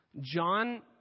John